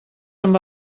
amb